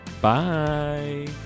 bye